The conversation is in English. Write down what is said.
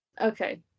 Okay